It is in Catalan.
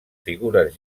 figures